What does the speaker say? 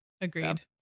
Agreed